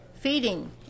feeding